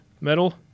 metal